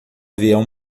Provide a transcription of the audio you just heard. avião